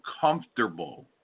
comfortable